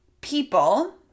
people